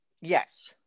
Yes